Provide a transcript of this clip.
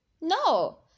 No